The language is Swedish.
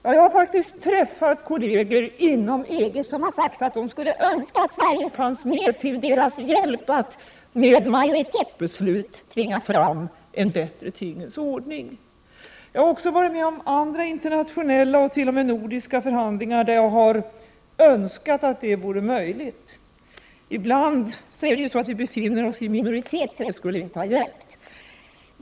Jag har faktiskt träffat kolleger inom EG som sagt att de skulle önska att Sverige fanns med till deras hjälp, för att med majoritetsbeslut tvinga fram en bättre tingens ordning. Jag har också varit med om andra internationella — ja, t.o.m. nordiska förhandlingar — då jag har önskat att det vore möjligt att hjälpa till. Men ibland befinner vi oss i minoritet, och då kan vi inte ge någon hjälp.